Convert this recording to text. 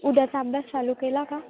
उद्याचा अभ्यास चालू केला का